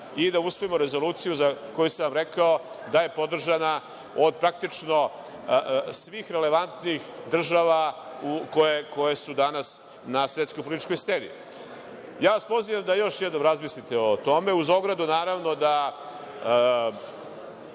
i da usvojimo rezoluciju za koju sam vam rekao da je podržana od praktično svih relevantnih država koje su danas na svetskoj političkoj sceni. Ja vas pozivam da još jednom razmislite o tome, uz ogradu naravno da